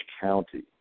county